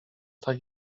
tak